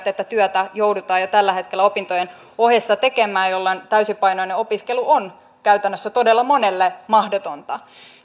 että työtä joudutaan jo tällä hetkellä opintojen ohessa tekemään jolloin täysipainoinen opiskelu on käytännössä todella monelle mahdotonta